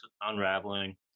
unraveling